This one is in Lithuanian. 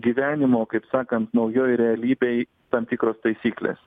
gyvenimo kaip sakant naujoj realybėj tam tikros taisyklės